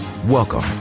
Welcome